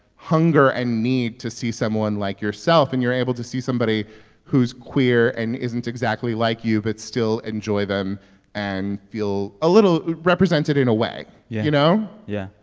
hunger and need to see someone like yourself. and you're able to see somebody who's queer and isn't exactly like you but still enjoy them and feel a little represented in a way. yeah. you know? yeah,